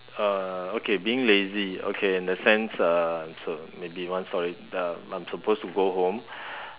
uh okay being lazy okay in the sense uh so maybe one story to tell I'm supposed to go home